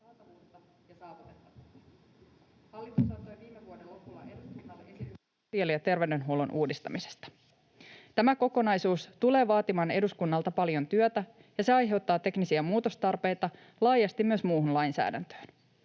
Tämä kokonaisuus tulee vaatimaan eduskunnalta paljon työtä, ja se aiheuttaa teknisiä muutostarpeita laajasti myös muuhun lainsäädäntöön.